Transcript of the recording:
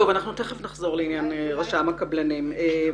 נחזור לעניין רשם הקבלנים בהמשך.